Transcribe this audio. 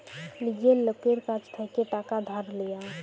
লীজের লকের কাছ থ্যাইকে টাকা ধার লিয়া